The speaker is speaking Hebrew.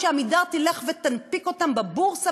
וש"עמידר" תלך ותנפיק אותן בבורסה,